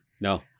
no